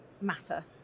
matter